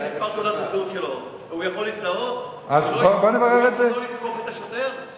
חולה והוא מבקש אולי להוריד את עוצמת